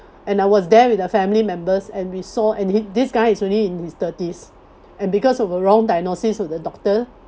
and I was there with the family members and we saw and his this guy is only in his thirties and because of a wrong diagnosis of the doctor